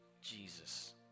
Jesus